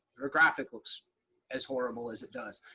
graphic looks as horrible as it does.